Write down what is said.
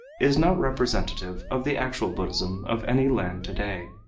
is not representative of the actual buddhism of any land today.